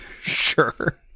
sure